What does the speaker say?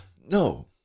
No